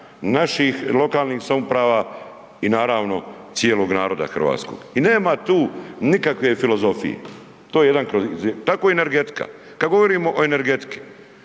naših lokalnih samouprava i naravno cijelog naroda Hrvatskog. I nema tu nikakve filozofije, to je jedan, tako i energetika. Kad govorimo o energetiki